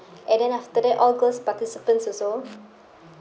and then after that all girls participants also